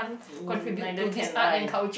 neither can I